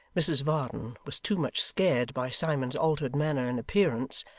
mrs varden was too much scared by simon's altered manner and appearance,